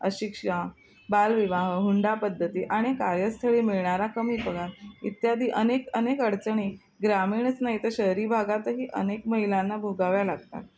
अशिक्षा बालविवाह हुंडा पद्धती आणि कार्यस्थळी मिळणारा कमी पगार इत्यादी अनेक अनेक अडचणी ग्रामीणच नाही तर शहरी भागातही अनेक महिलांना भोगाव्या लागतात